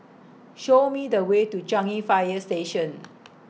Show Me The Way to Changi Fire Station